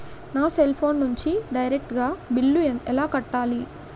నా cell phone నుంచి direct గా బిల్లు ఎలా కట్టాలి?